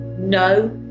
No